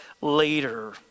later